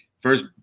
First